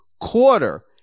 quarter